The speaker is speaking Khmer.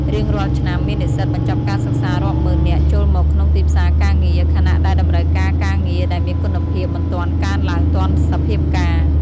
រៀងរាល់ឆ្នាំ មាននិស្សិតបញ្ចប់ការសិក្សារាប់ម៉ឺននាក់ចូលមកក្នុងទីផ្សារការងារ ខណៈដែលតម្រូវការការងារដែលមានគុណភាពមិនទាន់កើនឡើងទាន់សភាពការណ៍។